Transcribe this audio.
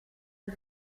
del